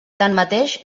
tanmateix